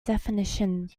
definition